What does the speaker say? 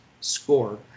score